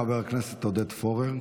חבר הכנסת עודד פורר.